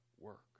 work